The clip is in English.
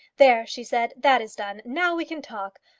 there, she said, that is done now we can talk.